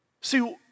See